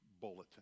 bulletin